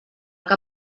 que